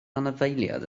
anifeiliaid